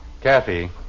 Kathy